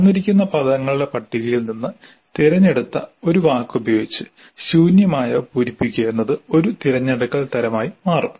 തന്നിരിക്കുന്ന പദങ്ങളുടെ പട്ടികയിൽ നിന്ന് തിരഞ്ഞെടുത്ത ഒരു വാക്ക് ഉപയോഗിച്ച് ശൂന്യമായവ പൂരിപ്പിക്കുക എന്നത് ഒരു തിരഞ്ഞെടുക്കൽ തരമായി മാറും